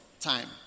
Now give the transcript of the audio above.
time